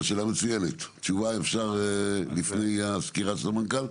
תשובה אפשר לפני הסקירה של המנכ"ל?